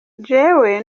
jewe